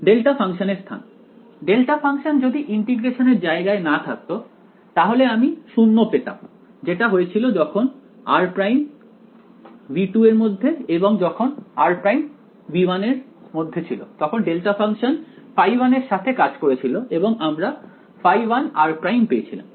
delta function এর স্থান delta function যদি ইন্টিগ্রেশন এর জায়গায় না থাকতো তাহলে আমি 0 পেতাম যেটা হয়েছিল যখন r′ ∈ V2 এবং যখন r′ ∈ V1 তখন ডেল্টা ফাংশন ϕ1 এর সাথে কাজ করেছিল এবং আমরা ϕ1r′ পেয়েছিলাম